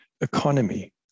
economy